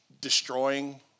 destroying